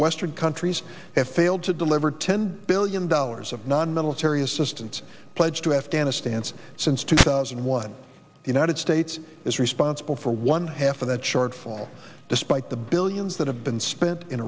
western countries have failed to deliver ten billion dollars of nonmilitary assistance pledged to afghanistan's since two thousand and one the united states is responsible for one half of that shortfall despite the billions that have been spent in